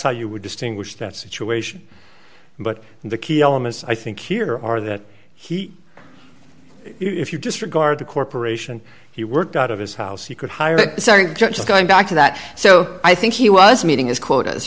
how you would distinguish that situation but the key elements i think here are that he if you disregard the corporation he worked out of his house he could hire just going back to that so i think he was meeting his quotas